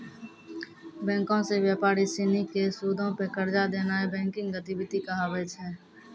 बैंको से व्यापारी सिनी के सूदो पे कर्जा देनाय बैंकिंग गतिविधि कहाबै छै